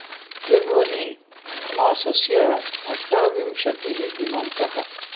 जनवरिमासस्य अष्टाविंशतिः दिनांकः